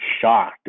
shocked